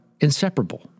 inseparable